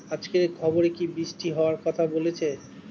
আজকের খবরে কি বৃষ্টি হওয়ায় কথা বলেছে?